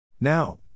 Now